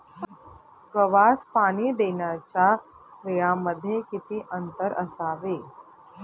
गव्हास पाणी देण्याच्या वेळांमध्ये किती अंतर असावे?